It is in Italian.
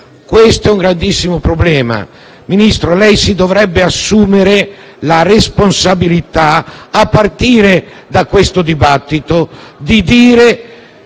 Questo è un grandissimo problema. Ministro, lei dovrebbe assumersi la responsabilità, a partire da questo dibattito, di dire